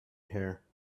her